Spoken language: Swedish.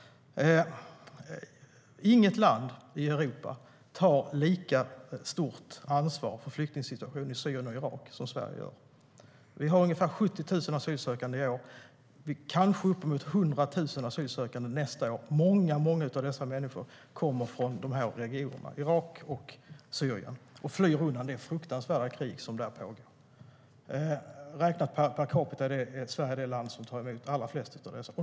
Inget land i Europa tar lika stort ansvar för flyktingsituationen i Syrien och Irak som Sverige gör. Vi har ungefär 70 000 asylsökande i år. Det kanske är uppemot 100 000 asylsökande nästa år. Många av dessa människor kommer från de här regionerna - Irak och Syrien - och flyr undan det fruktansvärda krig som pågår där. Räknat per capita är Sverige det land som tar emot allra flest av dessa.